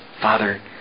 Father